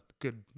good